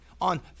On